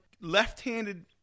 left-handed